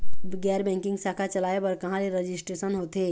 गैर बैंकिंग शाखा चलाए बर कहां ले रजिस्ट्रेशन होथे?